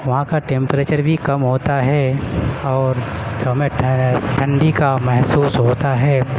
وہاں کا ٹیمپریچر بھی کم ہوتا ہے اور ہمیں ٹھنڈی کا محسوس ہوتا ہے